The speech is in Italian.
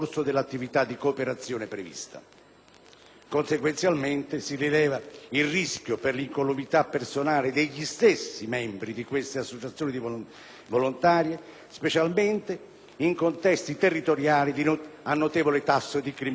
Conseguenzialmente si rileva il rischio per l'incolumità personale degli stessi membri di queste associazioni di volontari specialmente in contesti territoriali a notevole tasso di criminalità organizzata;